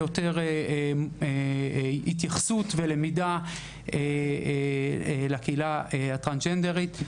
התייחסות ולמידה לקהילה הטרנסג'נדרית.